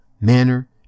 manner